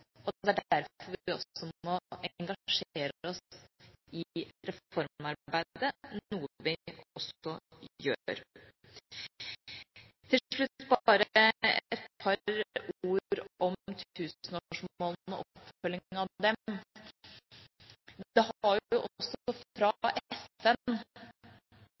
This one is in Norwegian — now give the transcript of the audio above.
og det er derfor vi må engasjere oss i reformarbeidet, noe vi også gjør. Til slutt bare et par ord om tusenårsmålene og oppfølgingen av dem. Det har også fra FN, kanskje spesielt fra